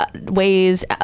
ways